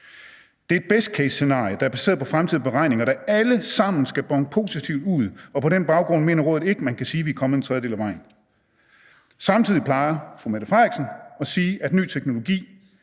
Det er et best case-scenarie, der er baseret på fremtidige beregninger, der alle sammen skal bone positivt ud, og på den baggrund mener rådet ikke, at man kan sige, at vi er kommet en tredjedel af vejen. Samtidig plejer statsministeren at sige, at ny teknologi